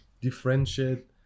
differentiate